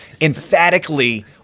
emphatically